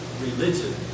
religion